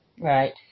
Right